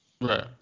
Right